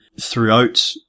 throughout